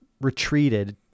retreated